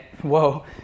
whoa